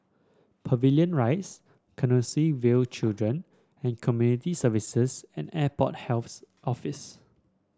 Pavilion Rise Canossaville Children and Community Services and Airport Health Office